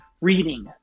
Reading